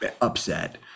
upset